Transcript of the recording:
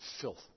filth